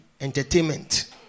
Entertainment